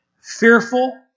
fearful